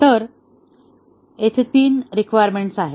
तर येथे तीन रिक्वायरमेंट्स आहेत